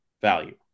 value